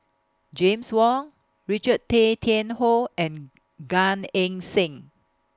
James Wong Richard Tay Tian Hoe and Gan Eng Seng